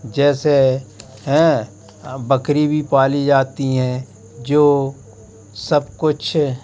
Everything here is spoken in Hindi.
जैसे हें बकरी भी पाली जाती हैं जो सब कुछ